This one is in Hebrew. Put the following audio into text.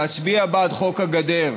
להצביע בעד חוק הגדר,